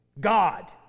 God